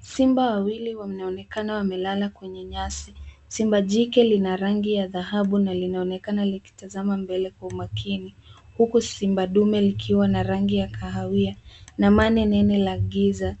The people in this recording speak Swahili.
Simba wawili wanaonekana wamelala kwenye nyasi. Simba jike lina rangi ya dhahabu na linaonekana likitazama mbele kwa umakini huku simba dume likiwa na rangi ya kahawia na mane nene la giza